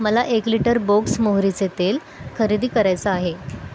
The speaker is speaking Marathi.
मला एक लिटर बोक्स मोहरीचे तेल खरेदी करायचं आहे